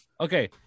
Okay